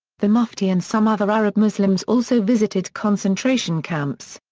the mufti and some other arab muslims also visited concentration camps.